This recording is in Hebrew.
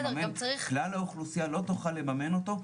כלל האוכלוסייה לא תוכן לממן אותו.